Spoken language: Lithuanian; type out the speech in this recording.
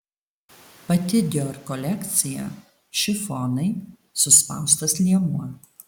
pati dior kolekcija šifonai suspaustas liemuo